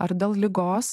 ar dėl ligos